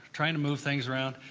trying to move things around,